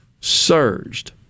surged